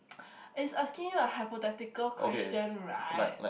it's asking you a hypothetical question right